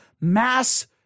mass